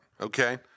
okay